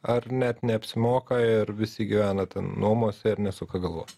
ar net neapsimoka ir visi gyvena ten nuomose ir nesuka galvos